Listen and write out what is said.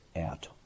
out